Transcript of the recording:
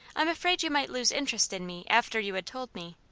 i'm afraid you might lose interest in me after you had told me.